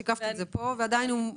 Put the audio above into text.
שיקפת את זה פה והוא עדיין חתום על זה.